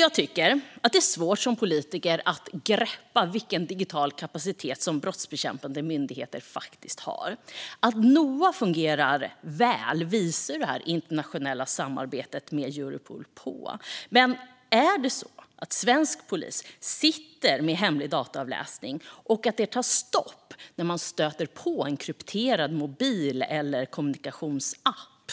Jag tycker att det som politiker är svårt att greppa vilken digital kapacitet brottsbekämpande myndigheter faktiskt har. Att Noa fungerar väl visar det internationella samarbetet med Europol på. Men är det så att svensk polis sitter med hemlig dataavläsning och att det tar stopp när man stöter på en krypterad mobil eller en kommunikationsapp?